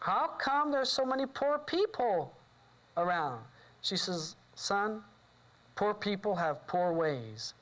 how come there are so many poor people around she says sun poor people have poor ways